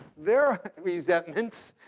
their resentments,